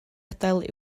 adael